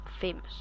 famous